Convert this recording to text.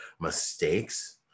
mistakes